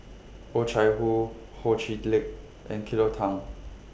Oh Chai Hoo Ho Chee Lick and Cleo Thang